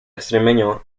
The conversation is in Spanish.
extremeño